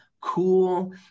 cool